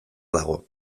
dago